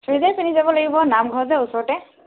চুইদাৰ পিন্ধি যাব লাগিব নামঘৰ যে ওচৰতে